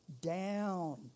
down